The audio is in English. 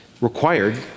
required